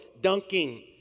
dunking